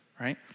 right